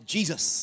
Jesus